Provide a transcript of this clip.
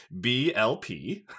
blp